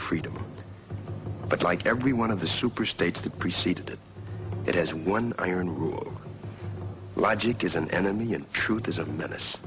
freedom but like every one of the super states that preceded it has one iron rule logic is an enemy and truth is a menace